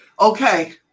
Okay